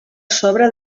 sobre